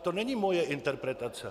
To není moje interpretace.